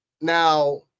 now